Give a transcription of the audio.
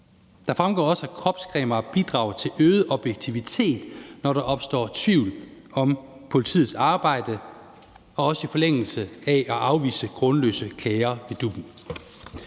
Der fremgår også, at kropskameraer bidrager til øget objektivitet, når der opstår tvivl om politiets arbejde, også i forlængelse af at afvise grundløse klager i DUP'en.